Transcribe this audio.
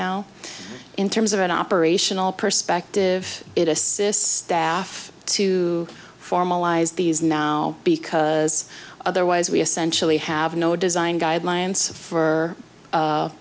now in terms of an operational perspective it assists staff to formalize these now because otherwise we essentially have no design guidelines for